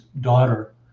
daughter